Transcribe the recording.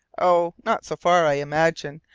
oh! not so far, i imagine,